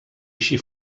així